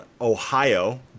ohio